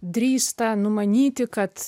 drįsta numanyti kad